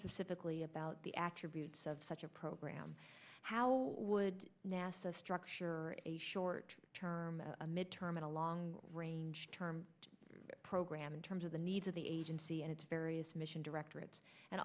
specifically about the actor view of such a program how would nasa structure a short term a mid term and a long range term program in terms of the needs of the agency and its various mission directorate and